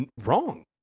wrong